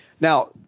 Now